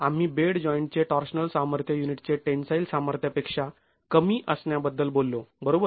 आम्ही बेड जॉईंटचे टॉर्शनल सामर्थ्य युनिटचे टेन्साईल सामर्थ्यापेक्षा कमी असण्याबद्दल बोललो बरोबर